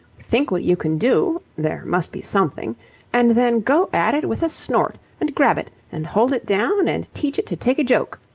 think what you can do there must be something and then go at it with a snort and grab it and hold it down and teach it to take a joke.